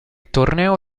torneo